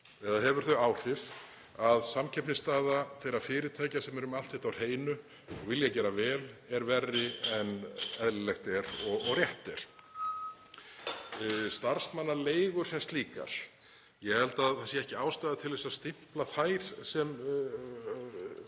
hefur þetta þau áhrif að samkeppnisstaða þeirra fyrirtækja sem eru með allt sitt á hreinu og vilja gera vel er verri en eðlilegt og rétt er. Starfsmannaleigur sem slíkar, ég held að það sé ekki ástæða til þess að stimpla þær sem